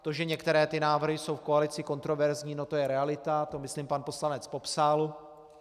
To, že některé ty návrhy jsou v koalici kontroverzní, to je realita, to myslím pan poslanec popsal.